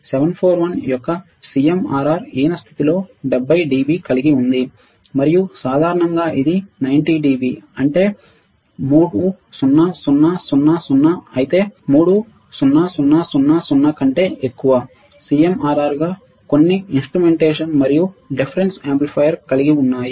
741 యొక్క CMRR హీన స్థితి లో 70 dB కలిగి ఉంది మరియు సాధారణంగా ఇది 90 dB అంటే 300000 అయితే 300000 కంటే ఎక్కువ CMRR గా కొన్ని ఇన్స్ట్రుమెంటేషన్ మరియు డిఫరెన్స్ యాంప్లిఫైయర్ కలిగి ఉన్నాయి